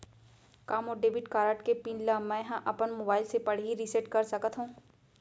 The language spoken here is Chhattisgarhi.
का मोर डेबिट कारड के पिन ल मैं ह अपन मोबाइल से पड़ही रिसेट कर सकत हो?